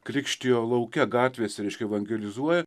krikštijo lauke gatvėse reiškia evangelizuoja